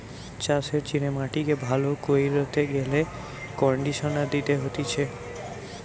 চাষের জিনে মাটিকে ভালো কইরতে গেলে কন্ডিশনার দিতে হতিছে